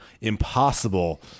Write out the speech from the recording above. impossible